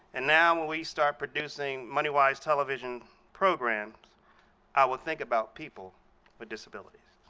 and now when we start producing moneywise television programs i will think about people with disabilities.